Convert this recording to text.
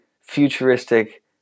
futuristic